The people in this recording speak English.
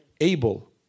able